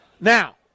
Now